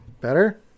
better